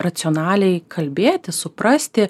racionaliai kalbėtis suprasti